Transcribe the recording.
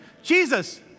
Jesus